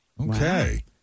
Okay